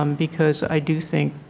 um because i do think